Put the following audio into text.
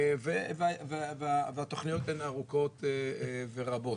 והתכניות הן ארוכות ורבות.